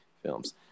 Films